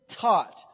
taught